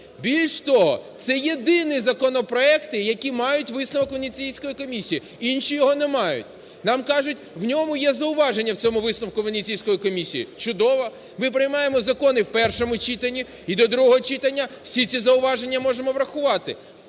Більш того, це єдині законопроекти, які мають висновок Венеційської комісії, інші його не мають. Нам кажуть, в ньому є зауваження, в цьому висновку Венеційської комісії. Чудово. Ми приймаємо закони в першому читанні, і до другого читання всі ці зауваження можемо врахувати.